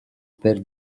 per